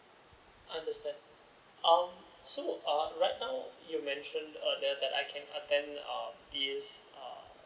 I understand um so um right know you mention that I can attend um this um